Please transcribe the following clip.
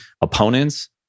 opponents